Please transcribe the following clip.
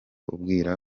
ubwira